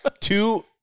Two